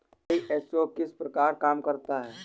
ISO किस प्रकार काम करता है